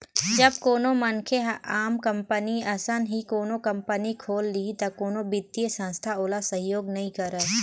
जब कोनो मनखे ह आम कंपनी असन ही कोनो कंपनी खोल लिही त कोनो बित्तीय संस्था ओला सहयोग नइ करय